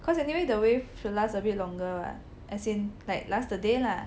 cause anyway the wave can last a bit longer [what] as in like last the day lah